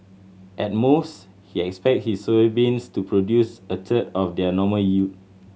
at most he expect his soybeans to produce a third of their normal yield